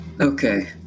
Okay